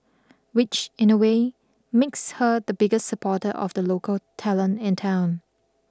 which in a way makes her the biggest supporter of the local talent in town